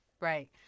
right